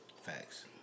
Facts